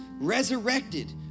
resurrected